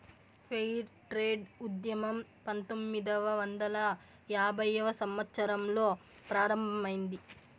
fair trade ఉద్యమం పంతొమ్మిదవ వందల యాభైవ సంవత్సరంలో ప్రారంభమైంది